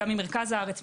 גם ממרכז הארץ,